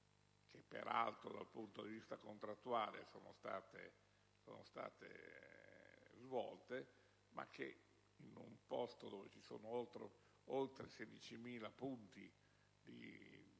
che peraltro, dal punto di vista contrattuale sono state applicate ma che, in un luogo dove ci sono oltre 16.000 punti di